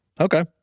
Okay